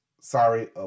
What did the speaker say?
Sorry